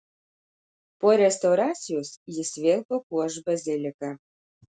po restauracijos jis vėl papuoš baziliką